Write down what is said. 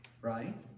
Right